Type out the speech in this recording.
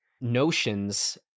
notions